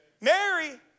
Mary